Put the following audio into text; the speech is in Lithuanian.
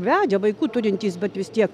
vedę vaikų turintys bet vis tiek